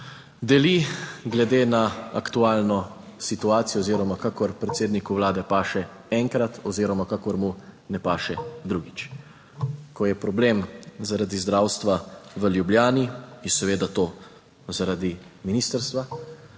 deli glede na aktualno situacijo oziroma kakor predsedniku Vlade paše enkrat oziroma kakor mu ne paše drugič. Ko je problem zaradi zdravstva v Ljubljani, je seveda to zaradi ministrstva,